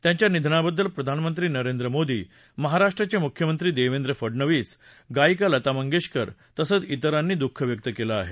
त्यांच्या निधनाबद्दल प्रधानमंत्री नरेंद्र मोदी महाराष्ट्राचे मुख्यमंत्री देवेंद्र फडनवीस गायिका लता मंगेशकर तसंच त्रिरांनी दुःख व्यक्त केलं आहे